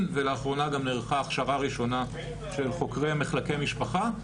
ולאחרונה גם נערכה הכשרה של חוקי מחלקי משפחה,